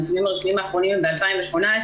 הנתונים הרשמיים האחרונים הם מ-2018,